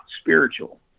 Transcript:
spiritual